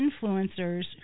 influencers